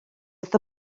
wrth